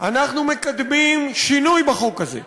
אנחנו מקדמים שינוי בחוק הזה,